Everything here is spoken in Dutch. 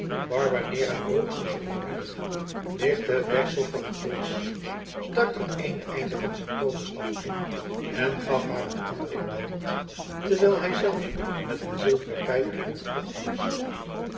barbanera boog zich eerbiedig lichtte het deksel van het glas stak er het eene einde van zijn tooverstaf in en gaf haar het andere in de hand terwijl hij zelf met een zilveren pijpje in het vocht